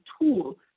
tool